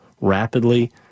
rapidly